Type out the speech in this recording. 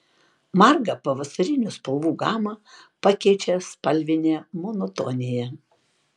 margą pavasarinių spalvų gamą pakeičia spalvinė monotonija